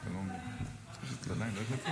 את אמרת את זה לבד.